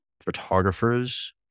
photographers